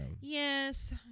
Yes